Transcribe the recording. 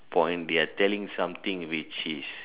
point they are telling something which is